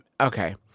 Okay